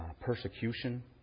persecution